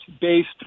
Based